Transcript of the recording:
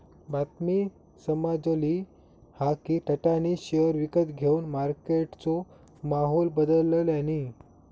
बातमी समाजली हा कि टाटानी शेयर विकत घेवन मार्केटचो माहोल बदलल्यांनी